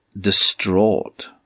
distraught